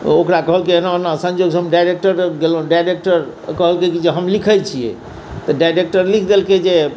तऽ ओकरा कहलकै एना ओना संयोगसँ हम डाइरेक्टर लग गेलहुँ डाइरेक्टर कहलकै जे हम लिखै छियै तऽ डाइरेक्टर लिख देलकै जे